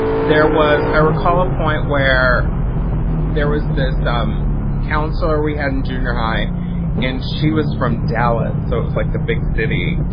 there was i recall a point where there was this um counselor we had in junior high and she was from dallas so it was like the big city.